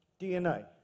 DNA